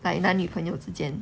like 男女朋友之间